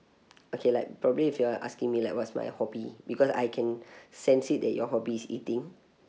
okay like probably if you are asking me like what's my hobby because I can sense it that your hobby is eating